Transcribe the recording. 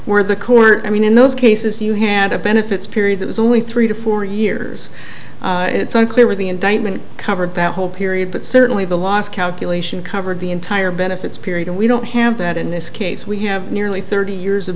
where the court i mean in those cases you had a benefits period that was only three to four years it's unclear where the indictment covered that whole period but certainly the last calculation covered the entire benefits period and we don't have that in this case we have nearly thirty years of